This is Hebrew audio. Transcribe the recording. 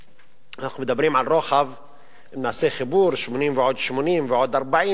אם נעשה חיבור של 80 ועוד 80 ועוד 40,